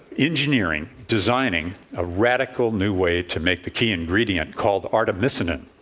engineering, designing a radical new way to make the key ingredient, called artemisinin,